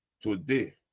today